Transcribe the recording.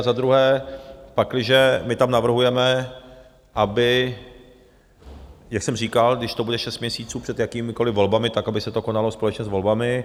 Za druhé, my tam navrhujeme, aby, jak jsem říkal, když to bude šest měsíců před jakýmikoliv volbami, tak aby se to konalo společně s volbami.